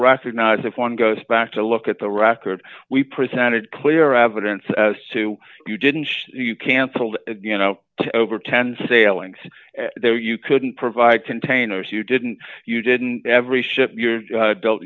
recognize if one goes back to look at the record we presented clear evidence as to you didn't show you canceled you know to over ten sailings there you couldn't provide containers you didn't you didn't every ship your buil